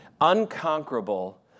unconquerable